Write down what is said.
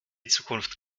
zukunft